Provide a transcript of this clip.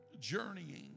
journeying